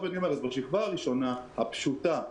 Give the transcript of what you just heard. בשכבה הראשונה הפשוטה,